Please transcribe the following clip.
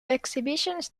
exhibitions